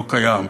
לא קיים,